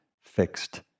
fixed